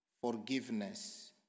forgiveness